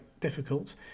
difficult